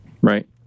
Right